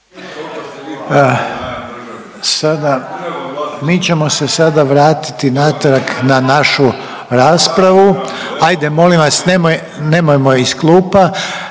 mi ćemo se sada vratiti natrag na našu raspravu. Ajde molim vas nemoj, nemojmo iz klupa